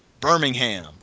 Birmingham